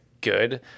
good